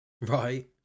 Right